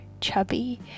chubby